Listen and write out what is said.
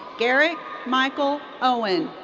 garrick michael owen.